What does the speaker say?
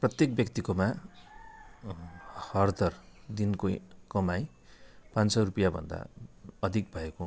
प्रत्येक व्यक्तिकोमा हरदर दिनको कमाइ पाँच सय रुपियाँभन्दा अधिक भएको